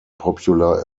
popular